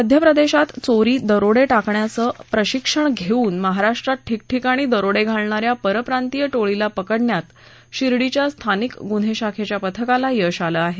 मध्यप्रदेशात चोरी दरोडे टाकण्याचं प्रशिक्षण घेऊन महाराष्ट्रात ठिकठिकाणी दरोडे घालणाऱ्या परप्रांतीय टोळीला पकडण्यात शिर्डीच्या स्थानिक गुन्हे शाखेच्या पथकाला यश आलं आहे